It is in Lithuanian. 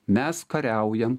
mes kariaujam